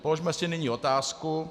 Položme si nyní otázku.